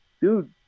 dude